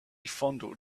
fondled